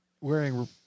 wearing